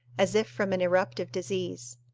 as if from an eruptive disease.